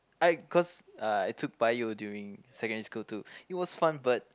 I cause uh I took Bio during secondary school too it was fun but